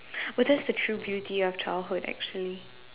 but that's the true beauty of childhood actually